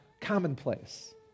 commonplace